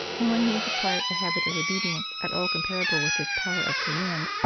and when he has acquired a habit of obedience at all comparable with his power of command,